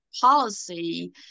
policy